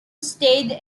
stayed